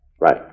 Right